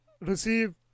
receive